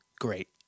Great